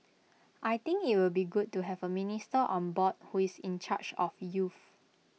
I think IT will be good to have A minister on board who is in charge of youth